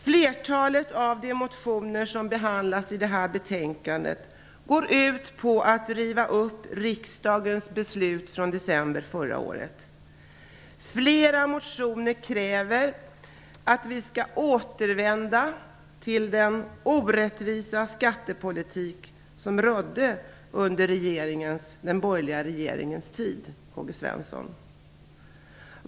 Flertalet av de motioner som behandlas i det här betänkandet går ut på att riva upp riksdagens beslut från december förra året. Flera av motionerna kräver att vi skall återvända till den orättvisa skattepolitik som rådde under den borgerliga regeringens tid, Karl Gösta Svenson.